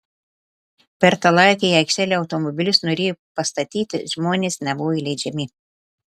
per tą laiką į aikštelę automobilius norėję pastatyti žmonės nebuvo įleidžiami